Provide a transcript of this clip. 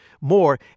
More